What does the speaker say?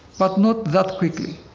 but not that quickly.